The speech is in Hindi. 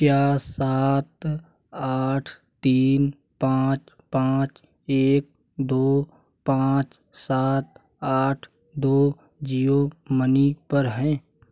क्या सात आठ तीन पाँच पाँच एक दो पाँच सात आठ दो जियो मनी पर है